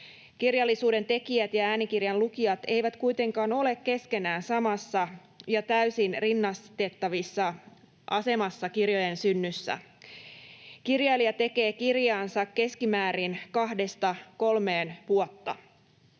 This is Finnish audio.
Kirjallisuuden tekijät ja äänikirjan lukijat eivät kuitenkaan ole keskenään samassa ja täysin rinnastettavassa asemassa kirjojen synnyssä. Kirjailija tekee kirjaansa keskimäärin kahdesta kolmeen vuotta.